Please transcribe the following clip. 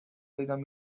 پیدایش